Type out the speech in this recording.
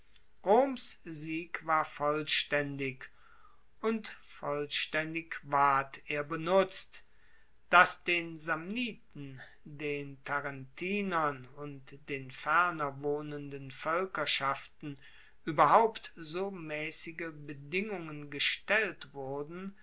sieg war vollstaendig und vollstaendig ward er benutzt dass den samniten den tarentinern und den ferner wohnenden voelkerschaften ueberhaupt so maessige bedingungen gestellt wurden